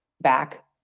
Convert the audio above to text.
back